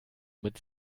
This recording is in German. mit